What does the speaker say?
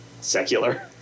Secular